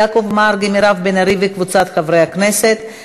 יעקב מרגי ומירב בן ארי וקבוצת חברי הכנסת.